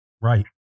Right